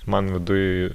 man viduj